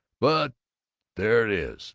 but there it is